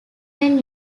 when